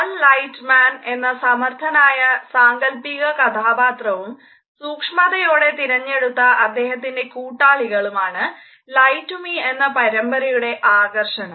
കാൽ ലൈറ്റ്മൻ എന്ന സമർത്ഥനായ സാങ്കൽപ്പിക കഥാപാത്രവും സൂക്ഷ്മതയോടെ തിരഞ്ഞെടുത്ത അദ്ദേഹത്തിൻറെ കൂട്ടാളികളും ആണ് ലൈ ടു മി എന്ന പരമ്പരയുടെ ആകർഷണം